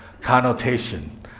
connotation